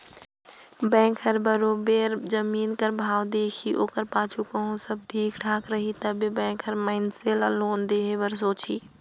bank हर बरोबेर जमीन कर भाव देखही ओकर पाछू कहों सब ठीक ठाक रही तबे बेंक हर मइनसे ल लोन देहे बर सोंचही